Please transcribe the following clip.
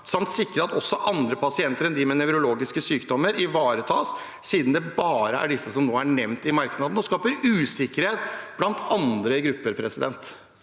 samt sikrer at også andre pasienter enn dem med nevrologiske sykdommer ivaretas – siden det bare er disse som nå er nevnt i merknadene, noe som skaper usikkerhet blant andre grupper? Statsråd